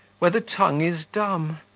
where the tongue is dumb,